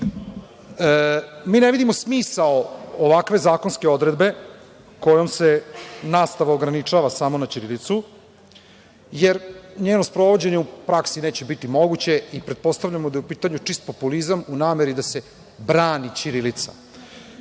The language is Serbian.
ne vidimo smisao ovakve zakonske odredbe kojom se nastava ograničava samo na ćirilicu, jer njeno sprovođenje u praksi neće biti moguće i pretpostavljamo da je u pitanju čist populizam u nameri da se brani ćirilica.